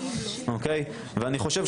ואני חושב,